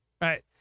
right